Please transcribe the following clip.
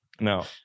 No